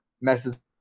Messes